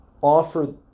Offer